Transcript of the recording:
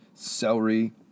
celery